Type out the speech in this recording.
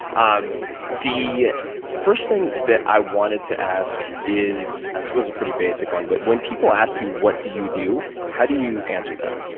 um the first thing that i wanted to ask is, i suppose, a pretty basic one. but when people ask you what do you do, how do you answer that?